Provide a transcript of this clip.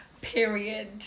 period